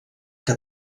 que